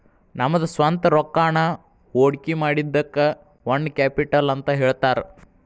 ನಮ್ದ ಸ್ವಂತ್ ರೊಕ್ಕಾನ ಹೊಡ್ಕಿಮಾಡಿದಕ್ಕ ಓನ್ ಕ್ಯಾಪಿಟಲ್ ಅಂತ್ ಹೇಳ್ತಾರ